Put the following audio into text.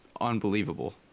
unbelievable